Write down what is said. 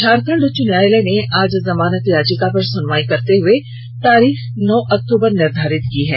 झारखण्ड उच्च न्यायालय ने आज जनानत याचिका पर सुनवाई करते हुए तारीख नौ अक्टूबर निर्घारित की है